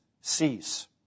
cease